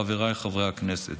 חבריי חברי הכנסת,